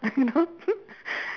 you know